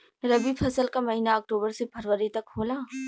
रवी फसल क महिना अक्टूबर से फरवरी तक होला